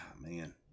man